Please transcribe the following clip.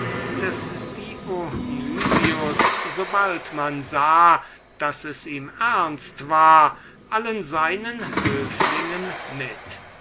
bald man sah daß es ernst war eben so plötzlich allen seinen höflingen mit